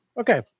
okay